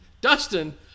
Dustin